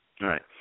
right